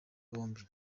bombi